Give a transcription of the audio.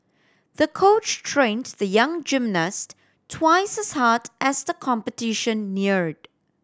the coach trained the young gymnast twice hard as the competition neared